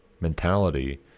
mentality